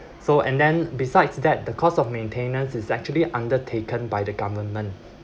so and then besides that the cost of maintenance is actually undertaken by the government